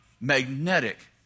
magnetic